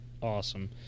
awesome